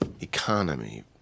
Economy